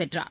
வென்றார்